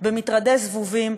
במטרדי זבובים,